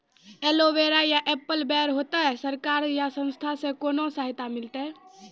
Aloe vera या apple बैर होते? सरकार या संस्था से कोनो सहायता मिलते?